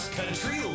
country